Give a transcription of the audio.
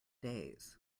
days